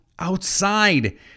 outside